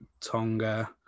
Tonga